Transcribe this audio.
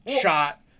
Shot